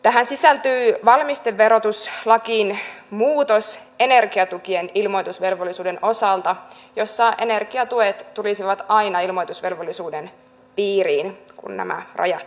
tähän sisältyy valmisteverotuslakiin muutos energiatukien ilmoitusvelvollisuuden osalta eli energiatuet tulisivat aina ilmoitusvelvollisuuden piiriin kun nämä rajat täyttyvät